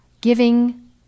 Giving